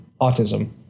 autism